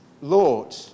Lord